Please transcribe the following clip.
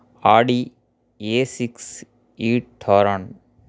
Audi A six e thorn